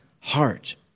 heart